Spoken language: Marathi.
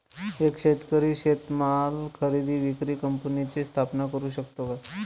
एक शेतकरी शेतीमाल खरेदी विक्री कंपनीची स्थापना करु शकतो का?